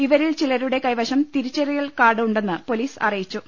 ഇവരിൽ ചിലരുടെ കൈവശം തിരിച്ചറിയൽ കാർഡ് ഉണ്ടെന്ന് പൊലീസ് അറിയിച്ചു